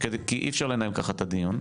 כי אי אפשר לנהל ככה את הדיון,